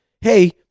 hey